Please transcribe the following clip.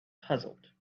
puzzled